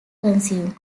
consumed